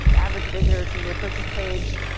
the average visitor to your purchase page,